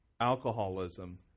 alcoholism